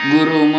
Guru